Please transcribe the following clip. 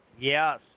Yes